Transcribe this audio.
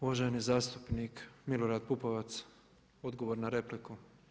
Uvaženi zastupnik Milorad Pupovac, odgovor na repliku.